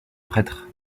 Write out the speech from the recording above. prêtre